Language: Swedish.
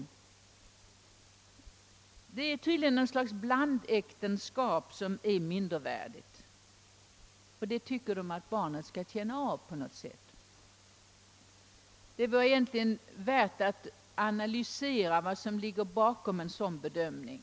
Det finns tydligen en del blandäktenskap, som anses mindervärdiga och som man tycker att barnen på något sätt skall få känna av. Egentligen vore det värt att närmare analysera vad som ligger bakom en sådan bedömning.